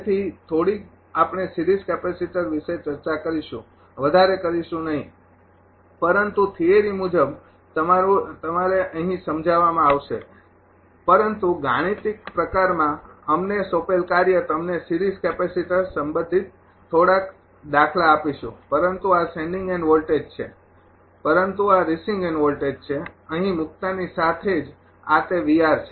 તેથી થોડીક આપણે સિરીઝ કેપેસિટર વિશે ચર્ચા કરીશું વધારે કરીશું નહીં પરંતુ થીયરી મુજબ તમને અહીં સમજાવવામાં આવશે પરંતુ ગાણિતિક પ્રકારમાં આપને સોપેલ કાર્ય હું તમને સિરીઝ કેપેસિટર સંબંધિત થોડા દાખલા આપીશું પરંતુ આ સેંડિંગ એન્ડ વોલ્ટેજ છે પરંતુ આ રિસીવિંગ એન્ડ વોલ્ટેજ છે અહી મુક્તાની સાથે જ આ તે છે